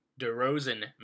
DeRozan